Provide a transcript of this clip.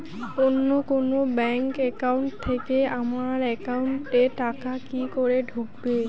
অন্য কোনো bank account থেকে আমার একাউন্ট এ টাকা কি করে ঢুকবে?